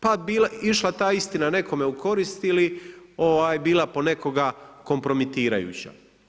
Pa išla ta istina nekome u korist ili bila po nekoga kompromitirajuća.